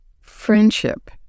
friendship